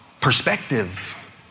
perspective